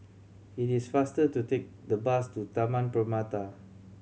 it is faster to take the bus to Taman Permata